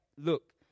Look